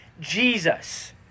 Jesus